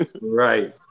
Right